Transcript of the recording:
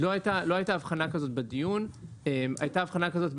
יישם את התיקון בצורה שבה ההצמדה הייתה אמורה להיות